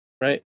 right